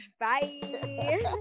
bye